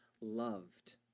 loved